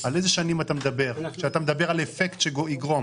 על איזה שנים אתה מדבר כשאתה מדבר על אפקט שיגרום?